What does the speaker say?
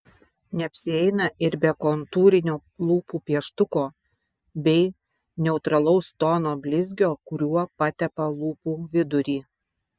neapsieina ir be kontūrinio lūpų pieštuko bei neutralaus tono blizgio kuriuo patepa lūpų vidurį